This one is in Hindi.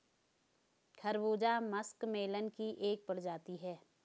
खरबूजा मस्कमेलन की एक प्रजाति है